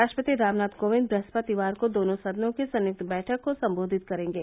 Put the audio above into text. राष्ट्रपति रामनाथ कोविंद बृहस्पतिवार को दोनों सदनों की संयुक्त बैठक को संबोधित करेंगे